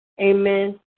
Amen